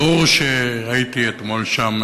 ברור שהייתי אתמול שם,